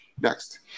Next